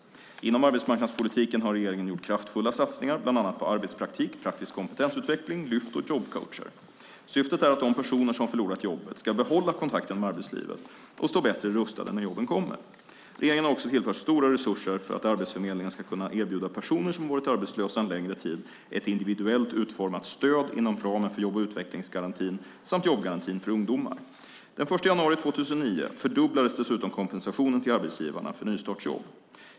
Inom arbetsmarknadspolitiken har regeringen gjort kraftfulla satsningar, bland annat på arbetspraktik, praktisk kompetensutveckling, Lyft och jobbcoacher. Syftet är att de personer som förlorat jobbet ska behålla kontakten med arbetslivet och stå bättre rustade när jobben kommer. Regeringen har också tillfört stora resurser för att Arbetsförmedlingen ska kunna erbjuda personer som varit arbetslösa en längre tid ett individuellt utformat stöd inom ramen för jobb och utvecklingsgarantin samt jobbgarantin för ungdomar. Den 1 januari 2009 fördubblades dessutom kompensationen till arbetsgivarna för nystartsjobb.